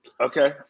Okay